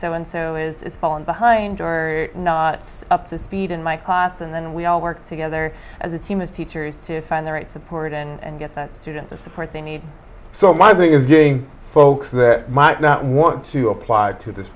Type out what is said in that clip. so and so is falling behind or not up to speed in my class and then we all work together as a team of teachers to find the right support and get that student the support they need so my thing is getting folks that might not want to apply to this